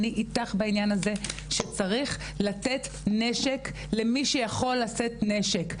אני אתך בעניין הזה שצריך לתת נשק למי שיכול לשאת נשק,